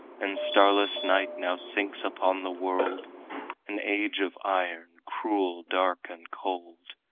and starless night now sinks upon the world an age of iron, cruel, dark and cold.